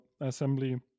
assembly